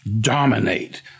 dominate